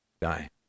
die